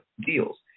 deals